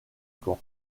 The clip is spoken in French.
quand